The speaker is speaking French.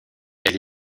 elle